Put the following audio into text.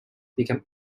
became